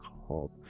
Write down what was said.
called